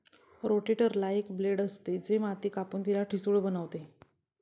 रोटेटरला एक ब्लेड असते, जे माती कापून तिला ठिसूळ बनवते